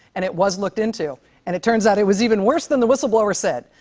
and it was looked into. and it turns out it was even worse than the whistleblower said.